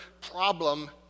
problem